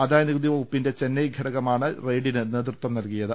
ആദായ നികുതി വകുപ്പിന്റെ ചെന്നൈ ഘടകമാണ് റെയ്ഡിന് നേതൃത്വം നൽകിയത്